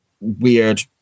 weird